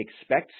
expects